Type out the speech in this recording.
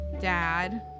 dad